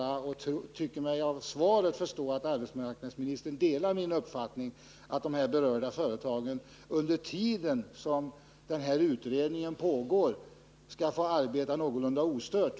Jag tycker mig dock av svaret förstå att arbetsmarknadsministern delar min uppfattning, att de berörda företagen under den tid som utredningen pågår får arbeta någorlunda ostört.